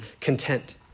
content